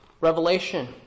Revelation